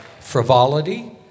frivolity